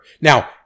now